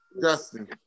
Justin